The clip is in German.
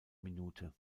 minute